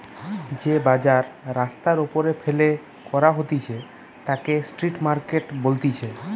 যে বাজার রাস্তার ওপরে ফেলে করা হতিছে তাকে স্ট্রিট মার্কেট বলতিছে